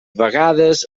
vegades